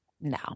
No